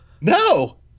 No